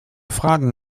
fragen